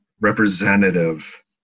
representative